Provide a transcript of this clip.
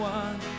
one